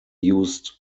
used